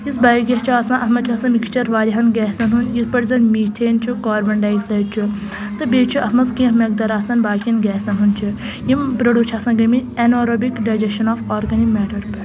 یُس بَیوگیس چھُ آسان اتھ منٛز چھُ آسان مِکٕسچر وارِیاہن گیسَن ہنٛد یِتھ پٲٹھۍ زن میٖتھین چھُ کاربن ڈای آکسایِڈ چھُ تہٕ بیٚیہِ چھُ اتھ مںٛز کیٚنٛہہ مقدار آسان باقین گیسَن ہُنٛد تہِ یِم پرٛڈیٛوس چھِ آسان گٔمِتۍ anaerobic digestion of organic matter پٮ۪ٹھ